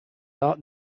art